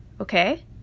okay